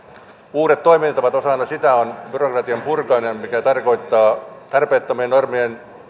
uudet toimintatavat osana sitä on byrokratian purkaminen mikä tarkoittaa tarpeettomien normien